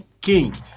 king